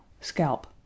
Scalp